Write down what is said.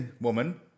woman